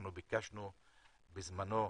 בזמנו,